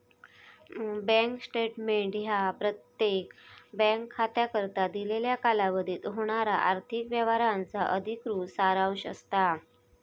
bank statement ह्या प्रत्येक bank खात्याकरता दिलेल्या कालावधीत होणारा आर्थिक व्यवहारांचा अधिकृत सारांश असता